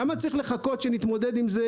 למה צריך לחכות שנתמודד עם זה